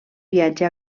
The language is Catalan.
viatge